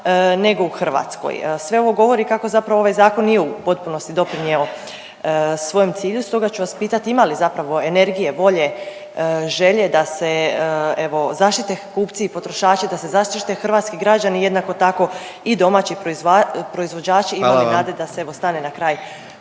nego u Hrvatskoj. Sve ovo govori kako zapravo ovaj zakon nije u potpunosti doprinjeo svom cilju stoga ću vas pitati ima li zapravo energije, volje, želje da se evo zaštite kupci i potrošači, da se zaštite hrvatski građani jednako tako i domaći proizvođači, ima li nade … …/Upadica